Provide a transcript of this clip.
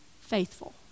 Faithful